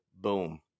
boom